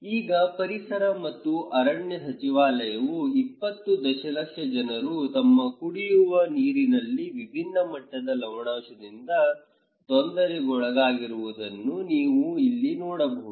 ಈಗ ಪರಿಸರ ಮತ್ತು ಅರಣ್ಯ ಸಚಿವಾಲಯವು 20 ದಶಲಕ್ಷ ಜನರು ತಮ್ಮ ಕುಡಿಯುವ ನೀರಿನಲ್ಲಿ ವಿಭಿನ್ನ ಮಟ್ಟದ ಲವಣಾಂಶದಿಂದ ತೊಂದರೆಗೊಳಗಾಗಿರುವುದನ್ನು ನೀವು ಇಲ್ಲಿ ನೋಡಬಹುದು